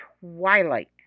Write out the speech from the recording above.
Twilight